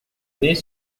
nez